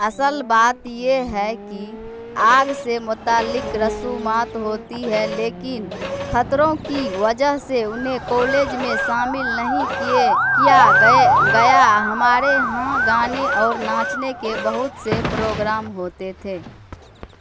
اصل بات یہ ہے کہ آگ سے متعلق رسومات ہوتی ہے لیکن خطروں کی وجہ سے انہیں کولج میں شامل نہیں کیے کیا گئے گیا ہمارے یہاں گانے اور ناچنے کے بہت سے پروگرام ہوتے تھے